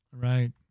Right